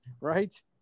right